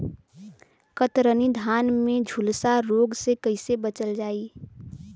कतरनी धान में झुलसा रोग से कइसे बचल जाई?